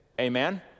Amen